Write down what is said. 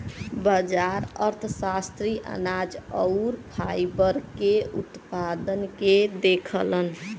बाजार अर्थशास्त्री अनाज आउर फाइबर के उत्पादन के देखलन